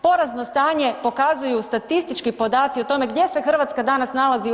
Porazno stanje pokazuju statistički podaci o tome gdje se Hrvatska danas nalazi u EU.